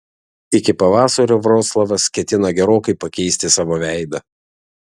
iki pavasario vroclavas ketina gerokai pakeisti savo veidą